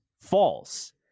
false